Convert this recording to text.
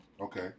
Okay